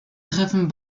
treffen